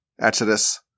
Exodus